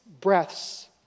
breaths